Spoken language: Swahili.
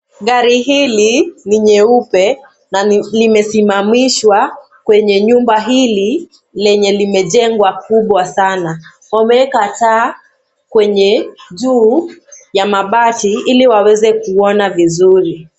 Gari hili ni nyeupe na limesimamishwa kwenye nyumba hili lenye limejengwa kubwa sana. Wameweka taa kwenye juu ya mabati ili waweze kuona vizuri.